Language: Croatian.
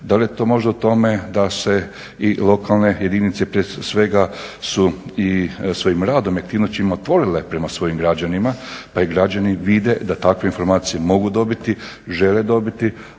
Da li je to možda u tome da se i lokalne jedinice prije svega su i svojim radom i aktivnostima otvorile prema svojim građanima pa i građani vide da takve informacije mogu dobiti, žele dobiti